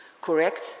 correct